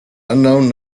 unknown